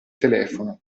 telefono